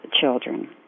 children